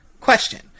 question